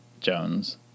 Jones –